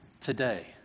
today